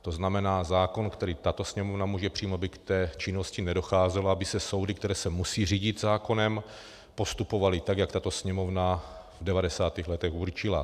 To znamená zákon, který tato Sněmovna může přijmout, aby k té činnosti nedocházelo, aby soudy, které se musí řídit zákonem, postupovaly tak, jak tato Sněmovna v 90. letech určila.